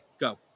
Go